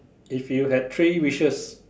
if you had three wishes